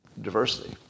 diversity